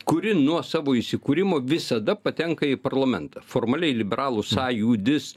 kuri nuo savo įsikūrimo visada patenka į parlamentą formaliai liberalų sąjūdis